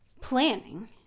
planning